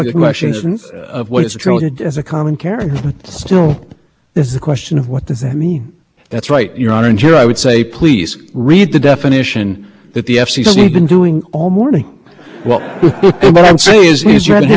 through didn't involve any information processing you're on a brings a very good point and that goes back to this discussion of what was the public switch network in one thousand nine hundred six the public switch network included everything that reached the internet that was the only way you could get to this broader